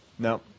No